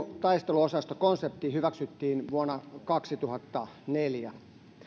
taisteluosastokonsepti hyväksyttiin vuonna kaksituhattaneljä